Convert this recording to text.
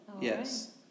yes